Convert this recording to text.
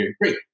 great